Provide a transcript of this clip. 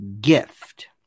gift